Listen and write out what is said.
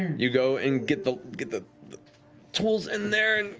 you go and get the get the tools in there